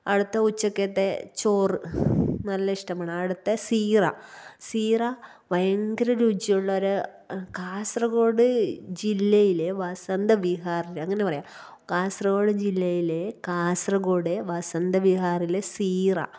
അവിടുത്തെ ഉച്ചക്കത്തെ ചോറ് നല്ല ഇഷ്ടമാണ് അവിടുത്തെ സീറ സീറ ഭയങ്കര രുചിയുള്ളൊരു കാസര്ഗോഡ് ജില്ലയിലെ വസന്തവിഹാറ് അങ്ങനെ പറയുക കാസര്ഗോഡ് ജില്ലയിലെ കാസര്ഗോഡ് വസന്തവിഹാറിലെ സീറ